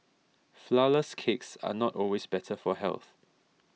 Flourless Cakes are not always better for health